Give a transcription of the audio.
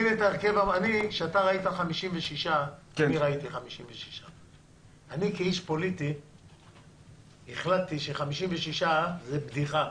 כשאתה ראית 56 אני ראיתי 56. כאיש פוליטי החלטתי ש-56 זה בדיחה,